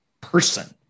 person